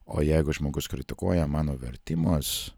o jeigu žmogus kritikuoja mano vertimus